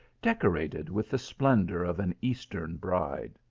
decorated with the splendour of an eastern bride.